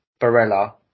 Barella